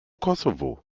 kosovo